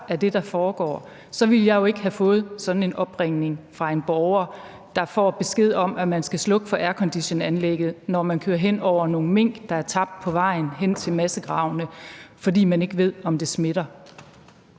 af det, der foregår. For så ville jeg jo ikke have fået sådan en opringning fra en borger, der får besked om, at man skal slukke for airconditionanlægget, når man kører hen over nogle mink, der er blevet tabt på vejen hen til massegravene, fordi man ikke ved, om det smitter.